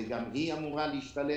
וגם היא אמורה להשתלב